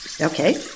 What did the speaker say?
Okay